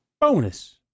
Bonus